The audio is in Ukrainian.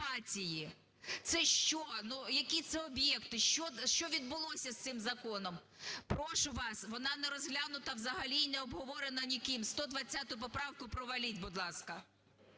Це що, які це об'єкти? Що відбулося з цим законом? Прошу вас, вона не розглянута взагалі і необговорена ніким. 120 поправку проваліть, будь ласка.